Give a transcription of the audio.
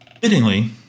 Fittingly